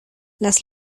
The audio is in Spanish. las